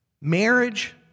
Marriage